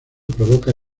provoca